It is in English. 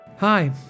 Hi